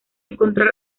encontrar